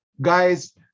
Guys